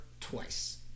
twice